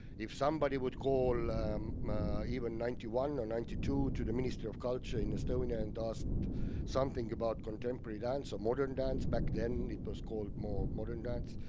if somebody would call even ninety one or ninety two to the minister of culture in estonia and asked something about contemporary dance or modern dance, back then it was called more modern dance,